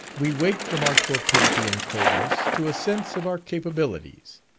we wake from our torpidity and coldness, to a sense of our capabilities.